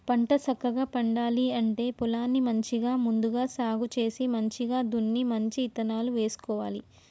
పంట సక్కగా పండాలి అంటే పొలాన్ని మంచిగా ముందుగా సాగు చేసి మంచిగ దున్ని మంచి ఇత్తనాలు వేసుకోవాలి